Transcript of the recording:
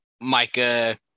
Micah